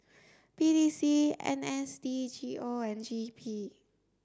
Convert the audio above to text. P T C N S D G O and G E P